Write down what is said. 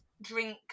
Drink